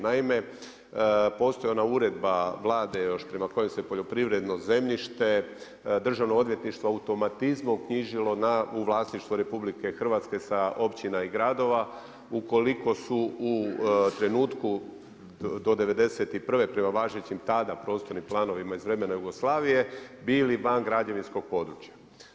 Naime, postoji ona uredba Vlade još prema kojoj se poljoprivredno zemljište, Državno odvjetništvo automatizmom knjižilo u vlasništvo RH sa općina i gradova, ukoliko su u trenutku do '91. prema važećim tada prostornim planovima iz vremena Jugoslavije, bili van građevinskog područja.